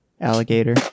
alligator